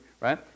right